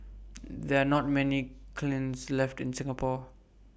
there are not many kilns left in Singapore